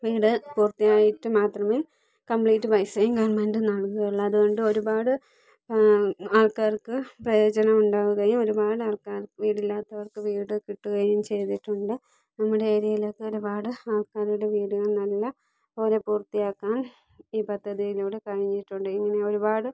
വീടു പൂർത്തിയായിട്ട് മാത്രമേ കമ്പ്ലീറ്റ് പൈസയും ഗവൺമെൻറ് നൽകുകയുള്ളൂ അതുകൊണ്ട് ഒരുപാട് ആൾക്കാർക്ക് പ്രയോജനം ഉണ്ടാകുകയും ഒരുപാട് ആൾക്ക വീടില്ലാത്തവർക്ക് വീട് കിട്ടുകയും ചെയ്തിട്ടുണ്ട് നമ്മുടെ ഏരിയയിൽ ഒക്കെ ഒരുപാട് ആൾക്കാരുടെ വീടുകൾ നല്ല പോലെ പൂർത്തിയാക്കാൻ ഈ പദ്ധതിയിലൂടെ കഴിഞ്ഞിട്ടുണ്ട് ഇങ്ങനെ ഒരുപാട്